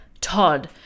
Todd